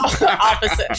opposite